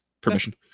permission